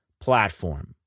platform